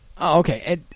Okay